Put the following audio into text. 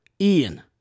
Ian